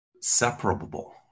separable